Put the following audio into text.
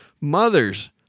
Mothers